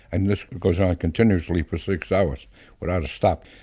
and this goes on continuously for six hours without a stop.